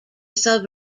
sub